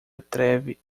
atreve